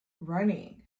running